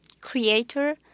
creator